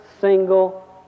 single